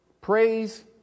praise